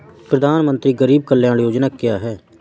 प्रधानमंत्री गरीब कल्याण योजना क्या है?